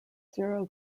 zero